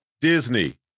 Disney